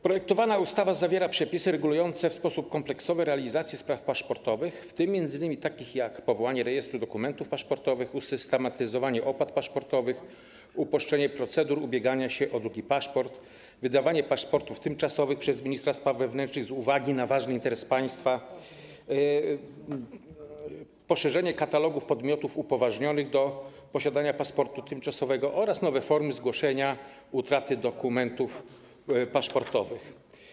Projektowana ustawa zawiera przepisy regulujące w sposób kompleksowy realizację spraw paszportowych, w tym m.in. takich jak powołanie Rejestru Dokumentów Paszportowych, usystematyzowanie opłat paszportowych, uproszczenie procedur ubiegania się o drugi paszport, wydawanie paszportów tymczasowych przez ministra spraw wewnętrznych z uwagi na ważny interes państwa, poszerzenie katalogu podmiotów upoważnionych do posiadania paszportu tymczasowego oraz nowe formy zgłoszenia utraty dokumentów paszportowych.